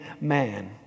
man